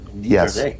Yes